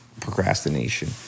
procrastination